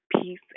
peace